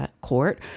court